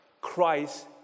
Christ